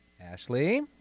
Ashley